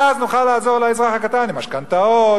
ואז נוכל לעזור לאזרח הקטן עם משכנתאות,